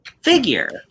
figure